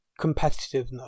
competitiveness